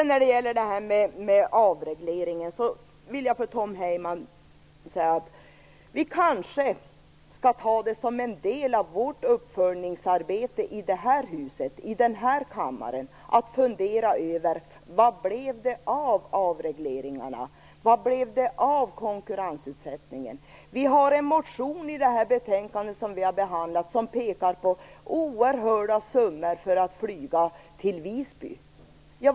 När det gäller avregleringen vill jag säga till Tom Heyman att vi kanske skall ta det som en del av vårt uppföljningsarbete i den här kammaren att fundera över vad det blev av avregleringarna och konkurrensutsättningen. I det betänkande som nu diskuteras behandlas en motion som pekar på vilka oerhörda summor det kostar att flyga till Visby.